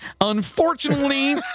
unfortunately